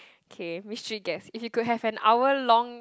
okay mystery guest if you could have an hour long